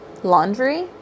Laundry